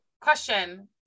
question